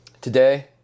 today